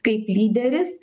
kaip lyderis